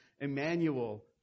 Emmanuel